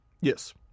Yes